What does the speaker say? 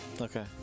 Okay